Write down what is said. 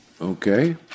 okay